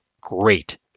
great